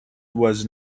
was